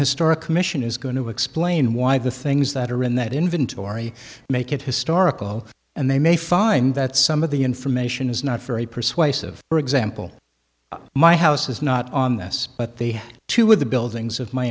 historic commission is going to explain why the things that are in that inventory make it historical and they may find that some of the information is not very persuasive for example my house is not on this but they have to with the buildings of my